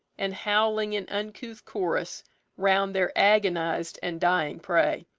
and howling in uncouth chorus round their agonized and dying prey.